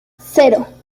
cero